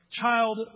child